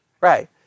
Right